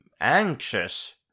anxious